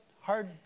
hard